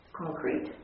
concrete